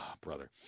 Brother